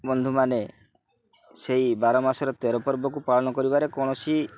ବନ୍ଧୁମାନେ ସେଇ ବାର ମାସର ତେର ପର୍ବକୁ ପାଳନ କରିବାରେ କୌଣସି